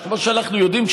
שכמו שאנחנו יודעים,